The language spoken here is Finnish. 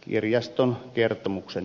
kirjaston kertomuksen johdosta